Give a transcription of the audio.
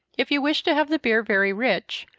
if you wish to have the beer very rich,